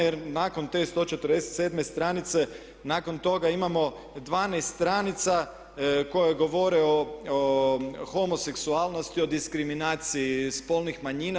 Jer nakon te 147. stranice nakon toga imamo 12 stranica koje govore o homoseksualnosti, o diskriminaciji spolnih manjina.